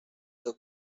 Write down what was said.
the